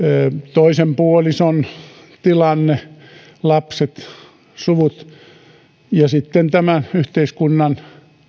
toisen puolison tilanne lapset suvut ja sitten tämä yhteiskunnan